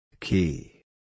Key